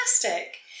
Fantastic